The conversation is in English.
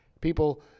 People